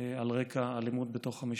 על רקע אלימות בתוך המשפחה.